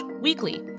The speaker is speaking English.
weekly